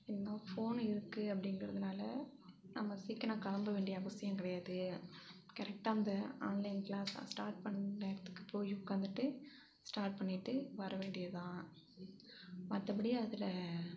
இந்த ஃபோனு இருக்கு அப்படிங்கிறதுனால நம்ம சீக்கனம் கிளம்ப வேண்டிய அவசியம் கிடையாது கரெக்டாக அந்த ஆன்லைன் கிளாஸை ஸ்டார்ட் பண்ணுன நேரத்துக்கு போய் உட்காந்துட்டு ஸ்டார்ட் பண்ணிவிட்டு வர வேண்டியதுதான் மற்றபடி அதில்